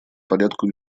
порядку